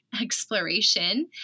exploration